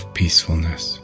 peacefulness